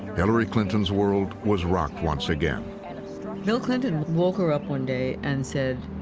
hillary clinton's world was rocked once again. and bill clinton woke her up one day and said,